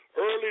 early